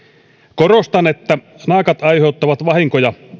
korostan että naakat aiheuttavat vahinkoja